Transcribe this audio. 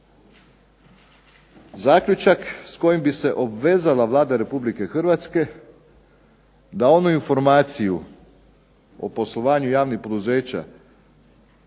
zaključak s kojim bi se obvezala Vlada RH da onu informaciju o poslovanju javnih poduzeća